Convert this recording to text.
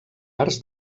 arts